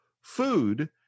food